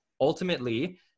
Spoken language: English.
Ultimately